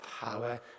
power